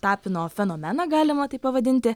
tapino fenomeną galima taip pavadinti